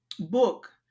book